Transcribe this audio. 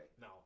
No